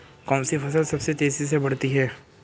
कौनसी फसल सबसे तेज़ी से बढ़ती है?